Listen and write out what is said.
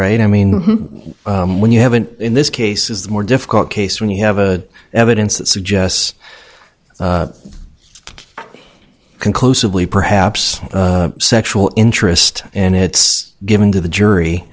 right i mean when you have an in this case is the more difficult case when you have a evidence that suggests conclusively perhaps sexual interest and it's given to the jury